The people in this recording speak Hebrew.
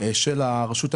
של הרשות המקומית.